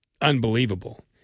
unbelievable